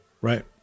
Right